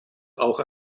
auch